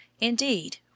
Indeed